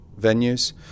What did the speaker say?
venues